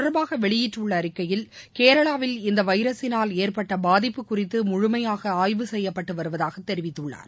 தொடர்பாகவெளியிட்டுள்ளஅறிக்கையில் கேரளாவில் இந்தவைரஸினால் ஏற்பட்டபாதிப்பு இது குறித்துமுழுமையாகஆய்வு செய்யப்பட்டுவருவதாகதெரிவித்துள்ளார்